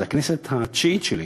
זו הכנסת התשיעית שלי,